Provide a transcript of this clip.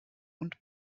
und